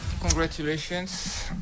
Congratulations